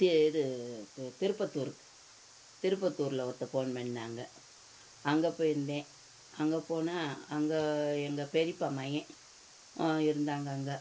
தே இது தி திருப்பத்தூருக்கு திருப்பத்தூரில் ஒருத்தர் ஃபோன் பண்ணிணாங்க அங்கே போயிருந்தேன் அங்கே போனால் அங்கே எங்கள் பெரியப்பா மகன் இருந்தாங்க அங்கே